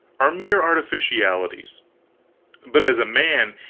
are mere artificialities but as a man,